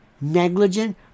negligent